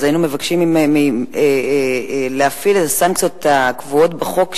היינו מבקשים ממנו להפעיל את הסנקציות הקבועות בחוק,